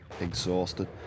exhausted